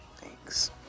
Thanks